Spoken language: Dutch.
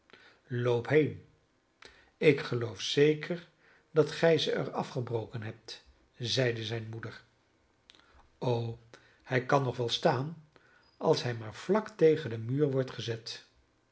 loop heen ik geloof zeker dat gij ze er afgebroken hebt zeide zijne moeder o hij kan nog wel staan als hij maar vlak tegen den muur wordt gezet